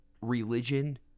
religion